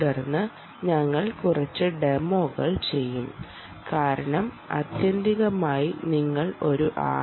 തുടർന്ന് ഞങ്ങൾ കുറച്ച് ഡെമോകൾ ചെയ്യും കാരണം ആത്യന്തികമായി നിങ്ങൾ ഒരു ആർ